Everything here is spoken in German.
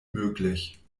möglich